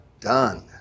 done